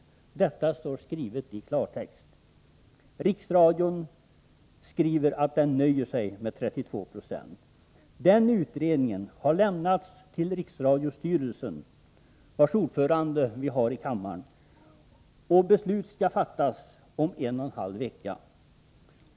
Det står skrivet i klartext. Riksradion skriver att den nöjer sig med 32 2. Den utredningen har lämnats till riksradiostyrelsen, vars ordförande vi har ikammaren. Beslut skall fattas om en och en halv vecka.